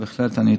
ובהחלט אני אטפל.